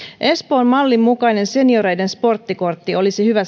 espoon mallin mukainen senioreiden sporttikortti olisi hyvä